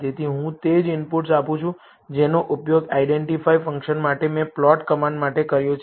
તેથી હું તે જ ઇનપુટ્સ આપું છું જેનો ઉપયોગ આઈડેન્ટિફાય ફંક્શન માટે મેં પ્લોટ કમાન્ડ માટે કર્યો છે